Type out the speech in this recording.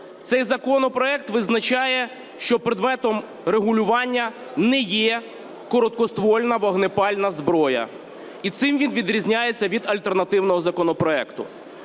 Цей законопроект визначає, що предметом регулювання не є короткоствольна вогнепальна зброя, і цим він відрізняється від альтернативного законопроекту.